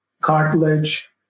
cartilage